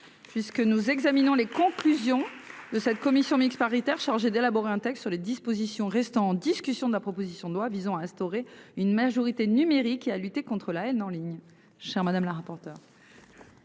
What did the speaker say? Puisque nous examinons les conclusions de cette commission mixte paritaire chargée d'élaborer un texte sur les dispositions restant en discussion de la proposition de loi visant à instaurer une majorité numérique et à lutter contre la haine en ligne.